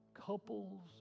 couples